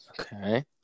Okay